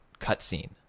cutscene